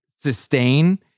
sustain